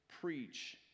Preach